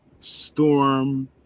storm